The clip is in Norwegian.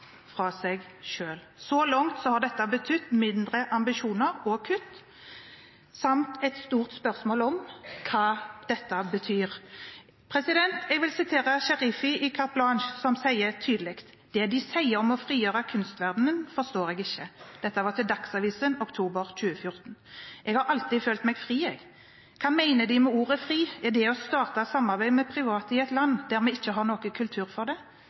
fra seg selv. Så langt har dette betydd mindre ambisjoner, kutt samt et stort spørsmål om hva dette betyr. Jeg vil sitere Sharifi i Carte Blanche, som til Dagsavisen oktober 2014 sier tydelig: «Det de sier om å frigjøre kunstverdenen, forstår jeg ikke. Jeg har alltid følt meg fri, jeg. Hva mener de med ordet fri? Er det å starte samarbeid med private i et land der vi ikke har noen kultur for det?